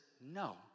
no